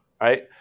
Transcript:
Right